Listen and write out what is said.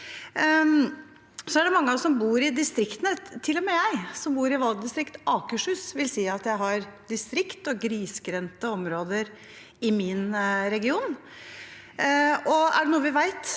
Til og med jeg, som bor i valgdistriktet Akershus, vil si at jeg har distrikt og grisgrendte områder i min region.